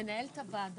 הישיבה ננעלה בשעה